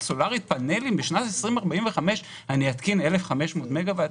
סולרית בפנלים בשנת 2045 ואתקין 1,500 מגה-ואט?